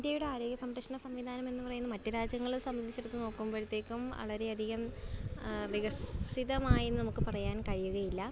ഇന്ത്യയുടെ ആരോഗ്യ സംരക്ഷണ സംവിധാനം എന്ന് പറയുന്നത് മറ്റു രാജ്യങ്ങളിൽ സംബന്ധിച്ചെടുത്ത് നോക്കുമ്പഴത്തേക്കും വളരെയധികം വികസിതമായി എന്ന് നമുക്ക് പറയാൻ കഴിയുകയില്ല